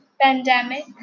pandemic